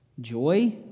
joy